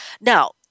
now